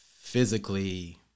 physically